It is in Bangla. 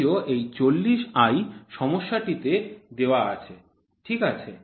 যদিও এই ৪০ i সমস্যাটি তে দেওয়া আছে ঠিক আছে